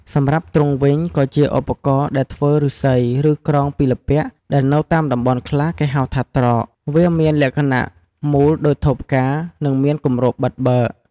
សម្រាប់ទ្រុងវិញក៏ជាឧបករណ៍ដែលធ្វើឫស្សី ឬក្រងពីល្ពាក់ដែលនៅតាមតំបន់ខ្លះគេហៅថា ត្រក វាមានលក្ខណៈមូលដូចថូផ្កានិងមានគម្របបិទបើក។